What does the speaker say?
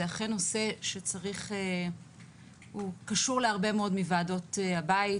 זה אכן נושא שהוא קשור להרבה מאוד מוועדות הבית.